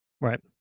Right